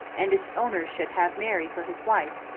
and its owner should have mary for his wife.